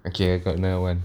okay I got another one